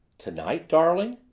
tonight, darling?